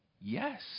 yes